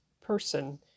person